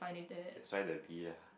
that's why the B ah